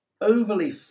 overly